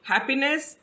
Happiness